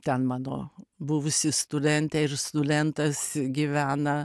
ten mano buvusi studentė ir studentas gyvena